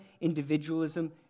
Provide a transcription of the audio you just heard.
individualism